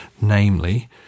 namely